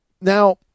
Now